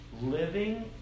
living